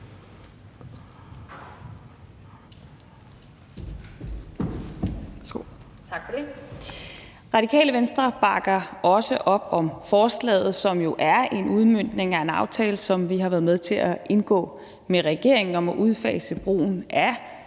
Radikale Venstre bakker også op om forslaget, som jo er en udmøntning af en aftale, som vi har været med til at indgå med regeringen om at udfase eller